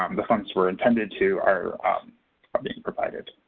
um the funds were intended to are are being provided.